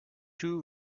two